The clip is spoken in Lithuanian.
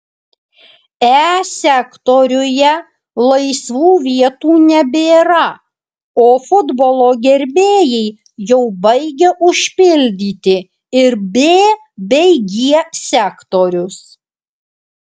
e sektoriuje laisvų vietų nebėra o futbolo gerbėjai jau baigia užpildyti ir b bei g sektorius